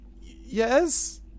yes